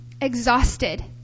exhausted